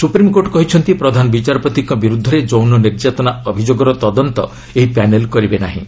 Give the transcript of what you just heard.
supreme court କହିଛନ୍ତି ପ୍ରଧାନ ବିଚାରପତିଙ୍କ ବିରୁଦ୍ଧରେ ଯୌନ ନିର୍ଯାତନା ଅଭିଯୋଗର ତଦନ୍ତ ଏହି ପ୍ୟାନେଲ୍ କରିବେ ନାହିଁ